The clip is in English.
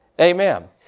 Amen